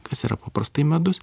kas yra paprastai medus